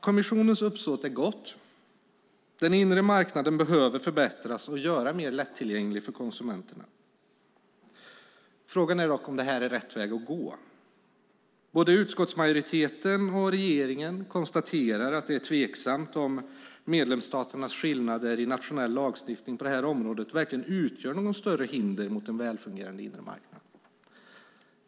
Kommissionens uppsåt är gott. Den inre marknaden behöver förbättras och göras mer lättillgänglig för konsumenterna. Frågan är dock om detta är rätt väg att gå. Både utskottsmajoriteten och regeringen konstaterar att det är tveksamt om medlemsstaternas skillnader i nationell lagstiftning på detta område verkligen utgör något större hinder mot en välfungerande inre marknad.